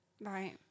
Right